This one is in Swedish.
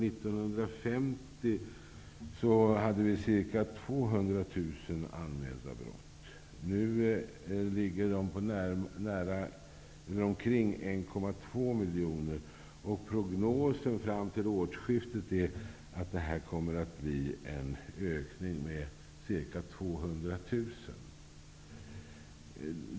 1950 hade vi ca 200 000 anmälda brott. Nu ligger antalet på omkring 1,2 miljoner, och prognosen fram till årsskiftet är att det kommer att bli en ökning med ca 200 000.